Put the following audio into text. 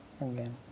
again